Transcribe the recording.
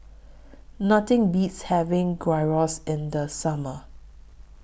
Nothing Beats having Gyros in The Summer